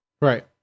Right